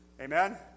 Amen